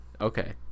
okay